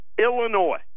Illinois